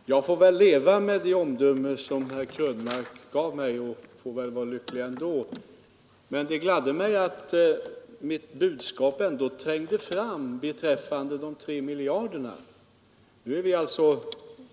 Herr talman! Jag får väl leva med det omdöme som herr Krönmark gav mig och vara lycklig ändå, men det gladde mig att mitt budskap i alla fall trängde fram beträffande de 3 miljarderna. Nu är vi alltså,